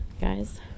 guys